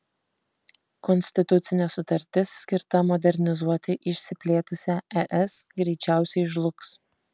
konstitucinė sutartis skirta modernizuoti išsiplėtusią es greičiausiai žlugs